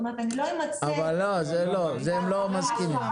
לזה הם לא מסכימים.